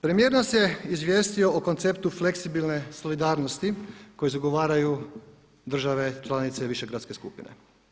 Premijer nas je izvijestio o konceptu fleksibilne solidarnosti koje zagovaraju države članice Višegradske skupine.